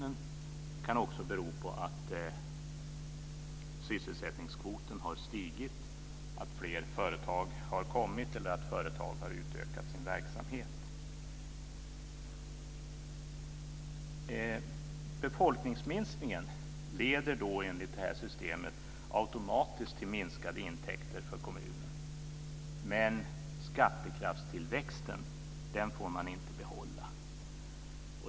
Den kan också bero på att sysselsättningskvoten har stigit, att fler företag har tillkommit eller att företag har utökat sin verksamhet. Befolkningsminskningen leder med det här systemet automatiskt till minskade intäkter för kommunen. Men skattekraftstillväxten får man inte behålla.